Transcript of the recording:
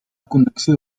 connexió